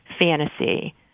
fantasy